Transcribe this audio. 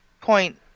point